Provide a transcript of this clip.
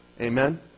Amen